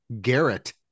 Garrett